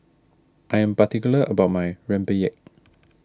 I am particular about my Rempeyek